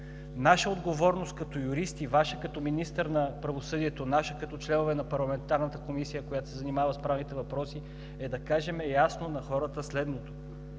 Нашата отговорност като юристи, Вашата – като министър на правосъдието, нашата – като членове на парламентарната комисия, която се занимава с правните въпроси, е да кажем ясно на хората следното: